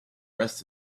rest